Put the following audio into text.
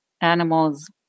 Animals